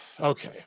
Okay